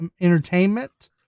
Entertainment